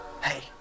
hey